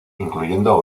incluyendo